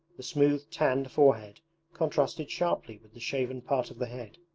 the smooth tanned forehead contrasted sharply with the shaven part of the head.